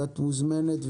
את מוזמנת.